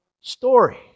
story